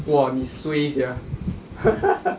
!wah! 你 suay sia